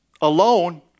alone